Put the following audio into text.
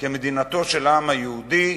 כמדינתו של העם היהודי,